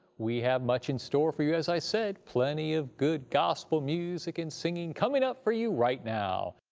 we have much in store for you, as i said, plenty of good gospel music and singing coming up for you right now.